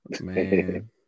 Man